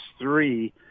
three